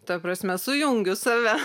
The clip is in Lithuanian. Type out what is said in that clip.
ta prasme sujungiu save